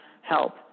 help